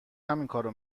همینکارو